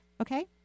Okay